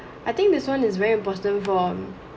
I think this one is very important from